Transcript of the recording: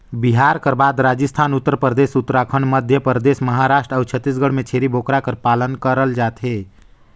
बिहार कर बाद राजिस्थान, उत्तर परदेस, उत्तराखंड, मध्यपरदेस, महारास्ट अउ छत्तीसगढ़ में छेरी बोकरा कर पालन करल जाथे